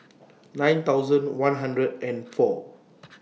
nine thousand one hundred and four